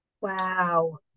Wow